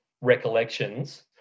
recollections